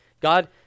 God